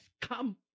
come